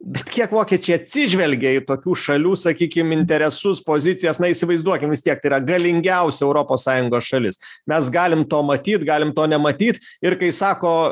bet kiek vokiečiai atsižvelgia į tokių šalių sakykim interesus pozicijas na įsivaizduokim vis tiek tai yra galingiausia europos sąjungos šalis mes galim to matyt galim to nematyt ir kai sako